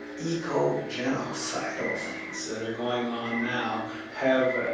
eco-genocidal things that are going on now have,